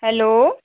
hello